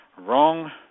wrong